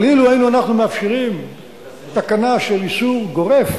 אבל אילו היינו אנחנו מאפשרים תקנה של איסור גורף,